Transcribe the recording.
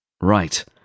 Right